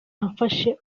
amfashe